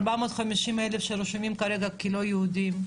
450 אלף שרשומים כרגע כלא יהודים,